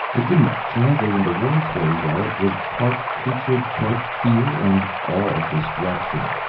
it didn't translate into words very well. it was part hatred, part fear and all destruction.